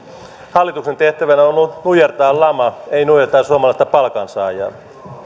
hallituksen tehtävänä on nujertaa lama ei nujertaa suomalaista palkansaajaa